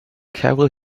carol